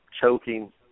choking